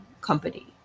company